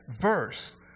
verse